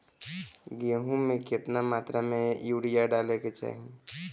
गेहूँ में केतना मात्रा में यूरिया डाले के चाही?